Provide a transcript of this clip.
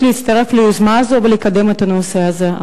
להצטרף ליוזמה הזאת ולקדם את הנושא הזה.